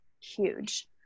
huge